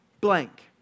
blank